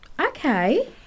Okay